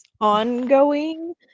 ongoing